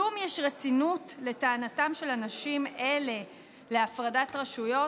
כלום יש רצינות לטענתם של אנשים אלה להפרדת רשויות?